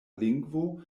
lingvo